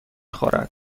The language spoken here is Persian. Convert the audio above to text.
خورد